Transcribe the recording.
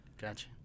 Gotcha